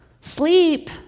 Sleep